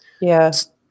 Yes